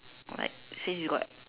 like since you got